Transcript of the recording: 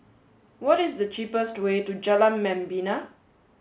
what is the cheapest way to Jalan Membina